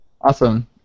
Awesome